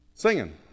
Singing